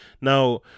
Now